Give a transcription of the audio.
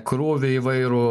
krūvį įvairų